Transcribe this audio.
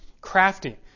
crafty